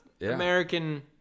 American